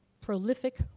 prolific